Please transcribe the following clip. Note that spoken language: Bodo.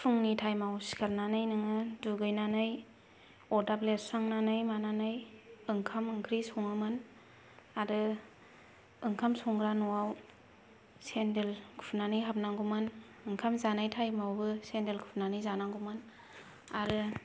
फुंनि टाइमाव सिखारनानै नोङो दुगैनानै अरदाब लिरस्रांनानै मानानै ओंखाम ओंख्रै सङोमोन आरो ओंखाम संग्रा न'वाव सेन्देल खुनानै हाबनांगौमोन ओंखाम जानाय टाइम आवबो सेन्देल खुनानै जानांगौमोन आरो